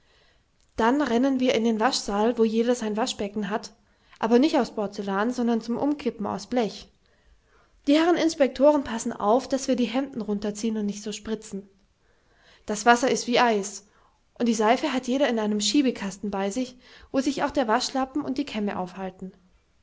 dann rennen wir in den waschsaal wo jeder sein waschbecken hat aber nicht aus borzelan sondern zum umkippen aus blech die herren inspektoren passen auf daß wir die hemden runterziehn und nicht so spritzen das wasser ist wie eis und die seife hat jeder in einem schiebekasten bei sich wo sich auch der waschlappen und die kämme aufhalten